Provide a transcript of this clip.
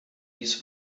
dies